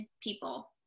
people